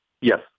Yes